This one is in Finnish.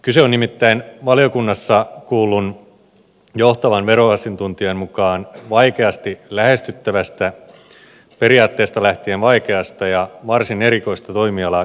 kyse on nimittäin valiokunnassa kuullun johtavan veroasiantuntijan mukaan vaikeasti lähestyttävästä periaatteesta lähtien vaikeasta ja varsin erikoista toimialaa käsittelevästä asiasta